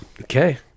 Okay